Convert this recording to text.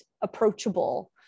approachable